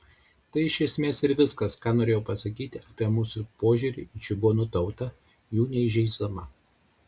tai iš esmės ir viskas ką aš norėjau pasakyti apie mūsų požiūrį į čigonų tautą jų neįžeisdama